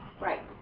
Right